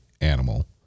animal